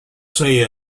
say